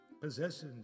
Possessions